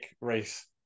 race